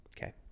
Okay